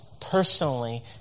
personally